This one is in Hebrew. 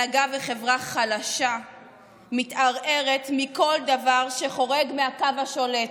הנהגה וחברה חלשות מתערערות מכל דבר שחורג מהקו השולט,